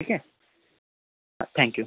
ठीक आहे thank you